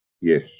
yes